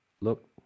Look